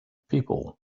people